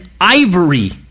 ivory